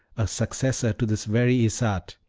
a successor to this very isarte.